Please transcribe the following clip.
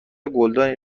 گلدانی